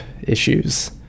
issues